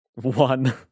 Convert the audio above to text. One